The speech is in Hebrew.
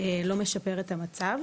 לא משפר את המצב.